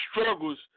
struggles